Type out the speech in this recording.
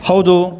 ಹೌದು